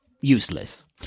useless